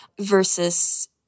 versus